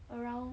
around